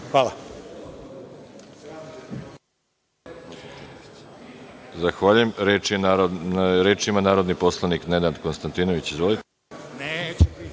Hvala.